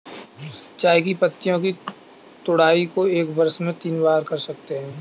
चाय की पत्तियों की तुड़ाई को एक वर्ष में तीन बार कर सकते है